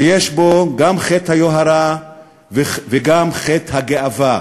שיש בו גם את חטא היוהרה וגם את חטא הגאווה.